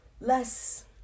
less